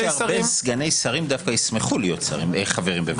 אני חושב שהרבה סגני שרים דווקא ישמחו להיות חברים בוועדות.